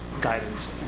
guidance